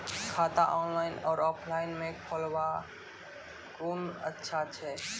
खाता ऑनलाइन और ऑफलाइन म खोलवाय कुन अच्छा छै?